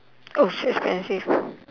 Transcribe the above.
oh so expensive